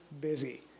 busy